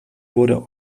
wurde